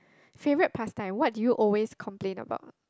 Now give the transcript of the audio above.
favorite pastime what do you always complain about